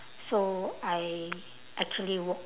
so I actually walk